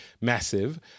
massive